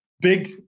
big